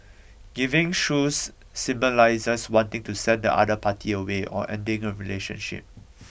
giving shoes symbolises wanting to send the other party away or ending a relationship